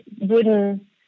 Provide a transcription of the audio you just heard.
wooden